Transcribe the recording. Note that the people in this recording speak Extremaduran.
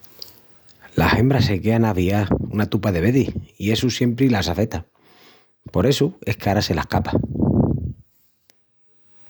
Las hembras se quean aviás una tupa de vezis i essu siempri las afeta. Por essu es que ara se las capa.